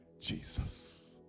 Jesus